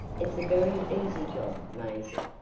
it's a very easy job, maisie,